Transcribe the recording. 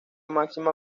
máxima